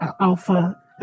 Alpha